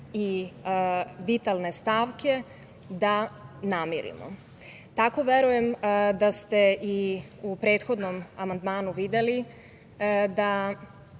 i vitalne stavke da namirimo. Tako verujem da ste i u prethodnom amandmanu videli da